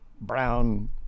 brown